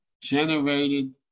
generated